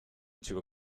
into